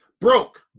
broke